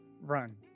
Run